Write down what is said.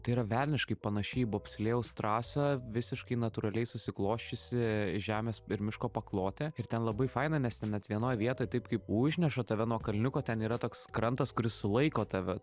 tai yra velniškai panaši į bobslėjaus trasą visiškai natūraliai susiklosčiusi žemės ir miško paklotė ir ten labai faina nes ten net vienoj vietoj taip kaip užneša tave nuo kalniuko ten yra toks krantas kuris sulaiko tave